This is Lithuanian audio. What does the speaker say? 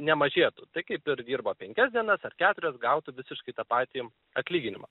nemažėtų tai kaip ir dirba penkias dienas ar keturias gautų visiškai tą patį atlyginimą